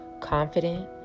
confident